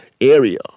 area